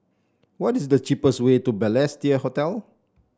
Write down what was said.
what is the cheapest way to Balestier Hotel